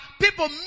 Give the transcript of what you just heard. people